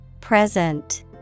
Present